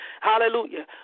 hallelujah